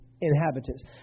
inhabitants